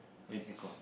what is it called